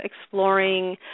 exploring